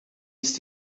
ist